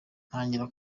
ntangira